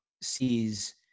sees